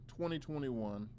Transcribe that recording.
2021